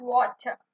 Water